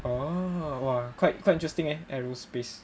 oo !wah! quite quite interesting eh aerospace